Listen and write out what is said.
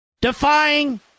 Defying